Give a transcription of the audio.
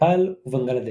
נפאל ובנגלדש.